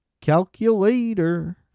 Calculator